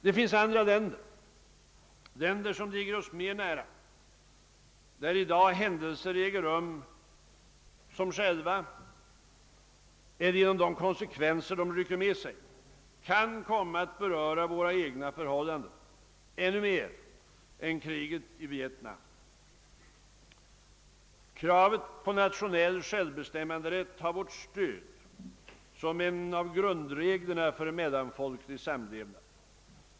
Det finns andra länder, som ligger oss mer nära, där i dag händelser äger rum som själva eller genom de konsekvenser de rycker med sig kan komma att beröra våra egna förhållanden ännu mer än kriget i Vietnam. Kravet på nationell självbestämmanderätt har vårt stöd som en av grundreglerna för mellanfolklig samlevnad.